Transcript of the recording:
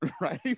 right